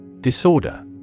Disorder